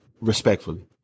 respectfully